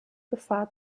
gefahr